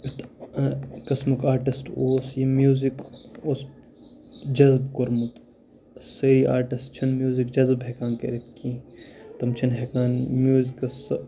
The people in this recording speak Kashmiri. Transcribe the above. یُتھ قٕسمُک آٹِسٹ اوس ییٚمہِ میوٗزِک اوس جَزٕب کوٚرمُت سٲری آٹِسٹ چھِنہٕ میوٗزِک جَزٕب ہٮ۪کان کٔرِتھ کینٛہہ تم چھِنہٕ ہٮ۪کان میوٗزکَس سُہ